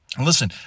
Listen